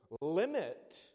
limit